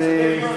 זה יהיה סופי.